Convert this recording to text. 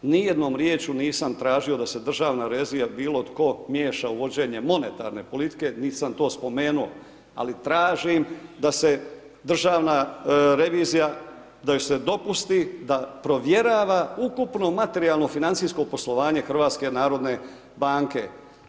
Nijednom riječju nisam tražio da se državna revizija bilo tko miješa u vođenje monetarne politike, niti sam to spomenuo, ali tražim da se državna revizija, da joj se dopusti da provjerava ukupno materijalno financijsko poslovanje HNB-a.